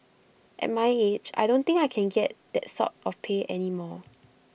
at my age I don't think I can get that sort of pay any more